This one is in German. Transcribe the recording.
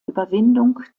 überwindung